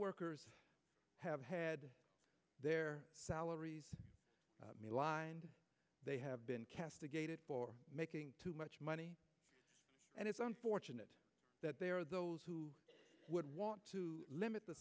workers have had their salaries the line they have been castigated for making too much money and it's unfortunate that there are those who would want to limit the